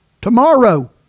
tomorrow